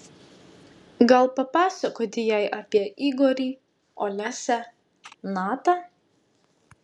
gal papasakoti jai apie igorį olesią natą